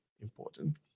important